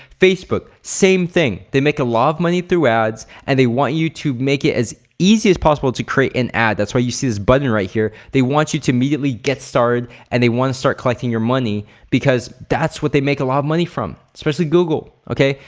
facebook, same thing. they make a lot of money through ads and they want you to make it as easy as possible to create an ad. that's why you see this button right here. they want you to immediately get started and they wanna start collecting your money because that's what they make a lot of money from, especially google okay?